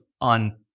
on